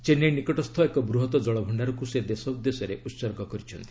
ଚେନ୍ନାଇ ନିକଟସ୍ଥ ଏକ ବୃହତ ଜଳଭଣ୍ଡାରକୁ ସେ ଦେଶ ଉଦ୍ଦେଶ୍ୟରେ ଉତ୍ସର୍ଗ କରିଛନ୍ତି